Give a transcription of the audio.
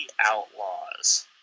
outlaws